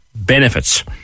Benefits